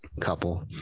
couple